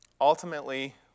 Ultimately